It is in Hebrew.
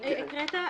הקראת.